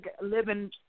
living